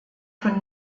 von